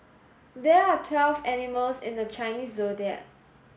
there are twelve animals in the Chinese Zodiac